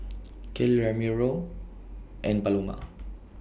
Kale Ramiro and Paloma